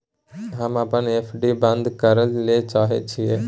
हम अपन एफ.डी बंद करय ले चाहय छियै